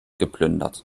geplündert